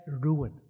ruin